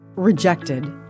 Rejected